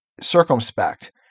circumspect